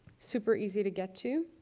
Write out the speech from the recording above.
super easy to get to.